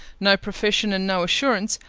no profession, and no assurance,